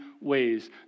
ways